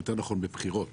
יותר נכון בבחירות,